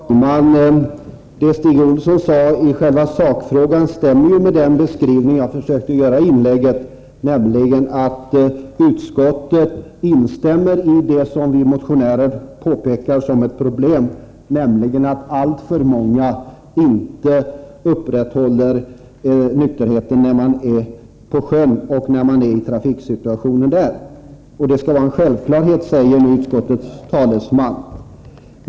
Herr talman! Det som Stig Olsson sade i själva sakfrågan stämmer med den beskrivning jag försökte göra i mitt inlägg, dvs. att utskottet instämmer i det vi motionärer påpekar är ett problem, nämligen att alltför många inte upprätthåller nykterheten när de är på sjön och i trafiksituationer där. Det skall vara en självklarhet, säger nu utskottets talesman.